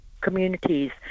communities